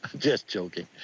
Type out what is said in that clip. just joking.